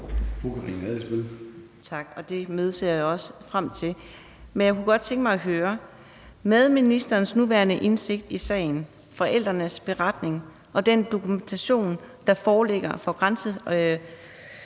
Karina Adsbøl (DD): Tak, og det møde ser jeg også frem til. Men jeg kunne godt tænke mig at høre: Med ministerens nuværende indsigt i sagen, forældrenes beretning og den dokumentation, der foreligger, for